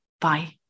Bye